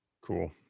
cool